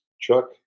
Chuck